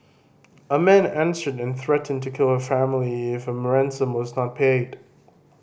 a man answered and threatened to kill her family if a was not paid